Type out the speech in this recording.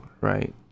right